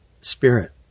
spirit